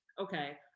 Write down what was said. okay